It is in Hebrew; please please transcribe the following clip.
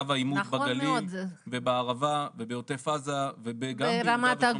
בקו העימות בגליל ובערבה ובעוטף עזה וגם ביהודה ושומרון.